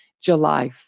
July